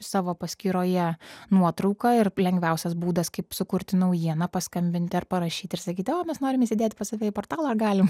savo paskyroje nuotrauką ir lengviausias būdas kaip sukurti naujieną paskambinti ar parašyti ir sakyti o mes norim įsidėti pas save į portalą ar galim